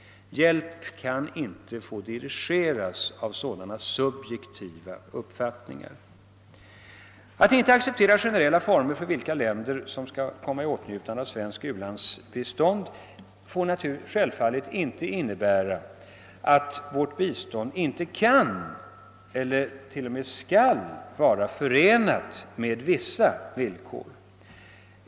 Hjälp kan inte få dirigeras av sådana subjektiva uppfattningar. Att inte acceptera generella former för vilka länder som skall komma i åtnjutande av svenskt u-landsbistånd får självfallet inte innebära, att vårt bistånd inte kan eller t.o.m. skall vara förenat med vissa villkor.